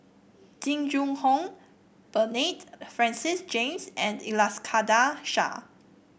Jing Jun Hong Bernard Francis James and Iskandar Shah